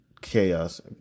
chaos